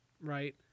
right